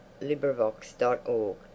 Librivox.org